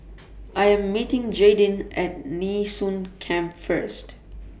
I Am meeting Jaydin At Nee Soon Camp First